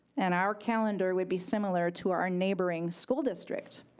and our calendar would be similar to our neighboring school district.